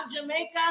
Jamaica